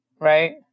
right